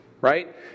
right